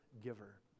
giver